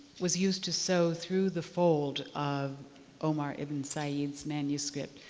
was used to sew through the fold of omar ibn said's manuscript.